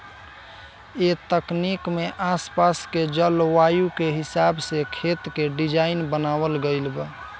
ए तकनीक में आस पास के जलवायु के हिसाब से खेत के डिज़ाइन बनावल गइल बा